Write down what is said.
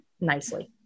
nicely